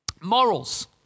morals